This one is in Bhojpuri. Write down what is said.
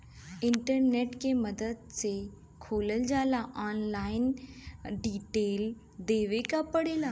इंटरनेट के मदद से खोलल जाला ऑनलाइन डिटेल देवे क पड़ेला